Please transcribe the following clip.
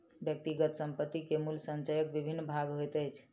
व्यक्तिगत संपत्ति के मूल्य संचयक विभिन्न भाग होइत अछि